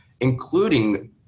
including